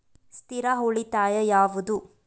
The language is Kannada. ಸ್ಥಿರ ಉಳಿತಾಯ ಯಾವುದು?